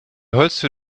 holztür